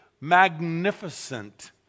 magnificent